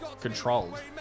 controlled